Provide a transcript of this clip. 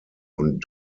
und